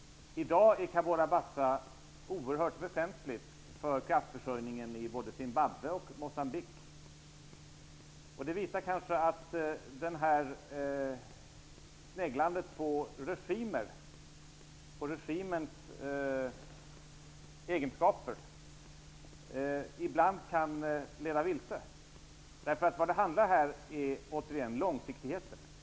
I dag är Cabora Bassa oerhört väsentligt för kraftförsörjningen i både Zimbabwe och Moçambique. Det visar kanske att sneglandet på regimer och regimers egenskaper ibland kan leda vilse. Biståndsverksamhet handlar om långsiktighet.